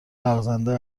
لغزنده